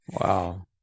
Wow